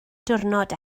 diwrnod